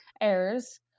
errors